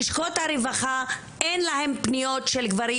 לשכות הרווחה אין להן פניות של גברים